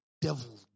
devil